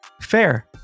fair